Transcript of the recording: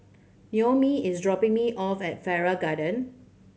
Naomi is dropping me off at Farrer Garden